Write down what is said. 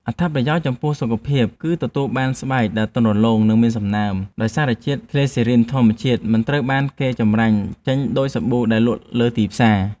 អត្ថប្រយោជន៍ចំពោះសុខភាពគឺការទទួលបានស្បែកដែលទន់រលោង និងមានសំណើម ដោយសារជាតិគ្លីសេរីនធម្មជាតិមិនត្រូវបានគេចម្រាញ់ចេញដូចសាប៊ូដែលលក់លើទីផ្សារ។